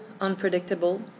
unpredictable